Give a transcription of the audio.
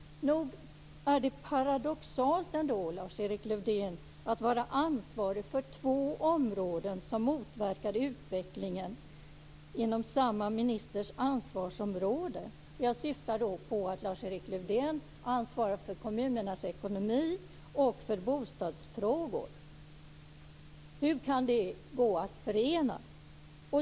Nog är det paradoxalt ändå, Lars-Erik Lövdén, att två områden som motverkar utvecklingen kan falla inom samma ministers ansvarsområde. Jag syftar på att Lars-Erik Lövdén ansvarar för kommunernas ekonomi och för bostadsfrågor. Hur kan det gå att förena?